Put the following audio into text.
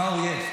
נאור, יש.